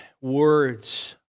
words